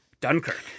Dunkirk